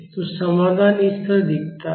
तो समाधान इस तरह दिखता है